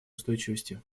устойчивостью